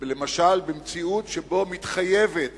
למשל, במציאות שבה מתחייבת